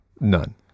None